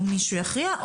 או מישהו יכריע.